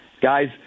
Guys